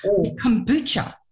kombucha